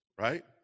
right